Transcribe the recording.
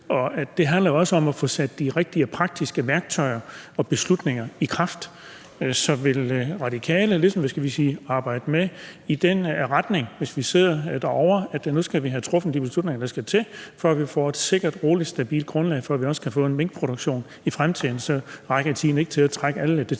Det handler jo også om at få sat de rigtige praktiske værktøjer og beslutninger i kraft. Så vil Radikale ligesom arbejde med i den retning, hvis vi sidder derovre, altså at vi nu skal have truffet de beslutninger, der skal til, for at få et sikkert, roligt og stabilt grundlag for, at vi også kan få en minkproduktion i fremtiden? Og så rækker tiden ikke til at trække alle detaljer